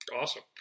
Awesome